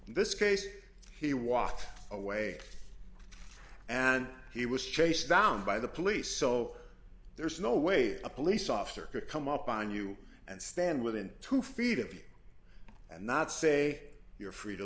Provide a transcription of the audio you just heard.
this case he walked away and he was chased down by the police so there's no way a police officer could come up on you and stand within two feet of you and not say you're free to